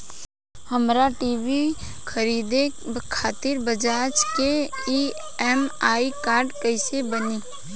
हमरा टी.वी खरीदे खातिर बज़ाज़ के ई.एम.आई कार्ड कईसे बनी?